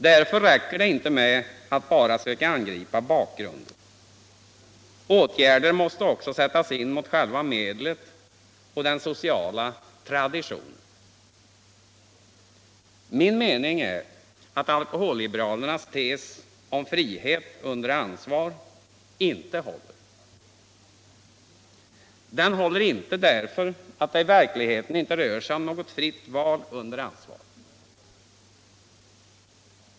Därför räcker det inte med att bara söka angripa bakgrunden, åtgärder måste också sättas in mot själva medlet och den sociala traditionen. Min mening är att alkoholliberalernas tes ”frihet under ansvar” inte håller. Den håller inte därför att det i verkligheten inte rör sig om något fritt val under ansvar.